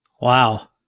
Wow